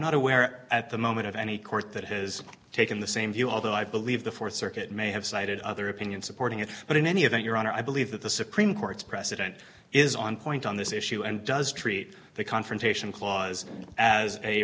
not aware at the moment of any court that has taken the same view although i believe the th circuit may have cited other opinion supporting it but in any event your honor i believe that the supreme court's precedent is on point on this issue and does treat the confrontation clause as a